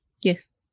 Yes